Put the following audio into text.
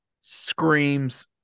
screams